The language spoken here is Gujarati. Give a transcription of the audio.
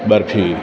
બરફી